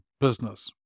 business